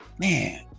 man